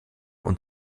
und